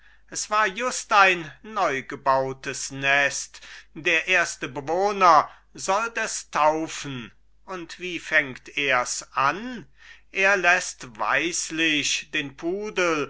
s war just ein neugebautes nest der erste bewohner sollt es taufen aber wie fängt ers an er läßt weislich den pudel